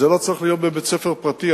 זה לא צריך להיות בבית-ספר פרטי.